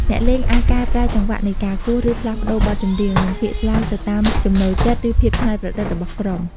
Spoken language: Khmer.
អ្នកលេងអាចកែប្រែចង្វាក់នៃការគោះ ឬផ្លាស់ប្ដូរបទចម្រៀង និងពាក្យស្លោកទៅតាមចំណូលចិត្ត ឬភាពច្នៃប្រឌិតរបស់ក្រុម។